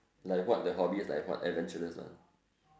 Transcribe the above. like what the hobby is like what adventurous lah